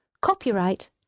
copyright